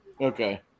Okay